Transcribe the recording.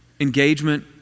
engagement